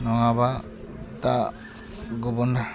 नङाबा दा गुबुन